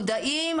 יודעים ומודעים,